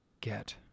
Get